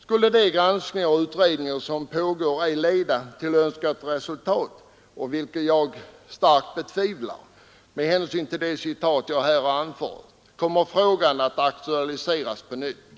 Skulle de granskningar och utredningar som pågår ej leda till önskat resultat — vilket jag starkt betvivlar med hänsyn till de citat jag här har anfört — kommer frågan att aktualiseras på nytt.